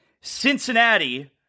Cincinnati